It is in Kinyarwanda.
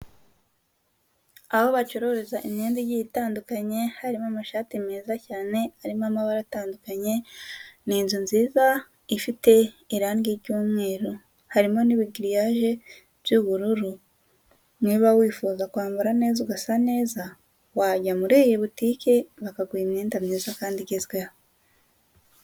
Aho bacururiza imyenda igiye itandukanye, harimo amashati meza cyane arimo amabara atandukanye, ni inzu nziza ifite irangi ry'umweru, harimo n'ibigiriyage by'ubururu. Niba wifuza kwambara neza, ugasa neza, wajya muri iyi butike bakaguha imyenda myiza kandi igezweho.